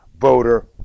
voter